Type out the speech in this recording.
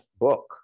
book